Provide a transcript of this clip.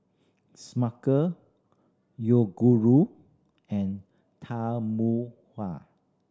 Smucker Yoguru and Tahuna